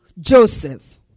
Joseph